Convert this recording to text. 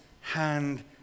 hand